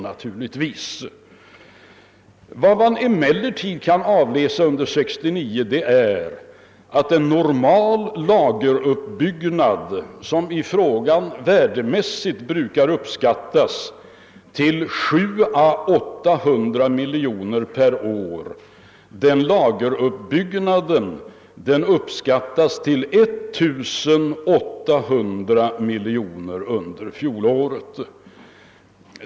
Man kan emellertid beträffande år 1969 avläsa att lageruppbyggnaden som värdemässigt normalt brukar beräknas till 700—800 miljoner kronor per år uppskattas till 1800 miljoner kronor under fjolåret.